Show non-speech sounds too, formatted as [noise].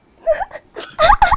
[laughs]